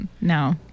No